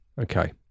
Okay